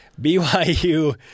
BYU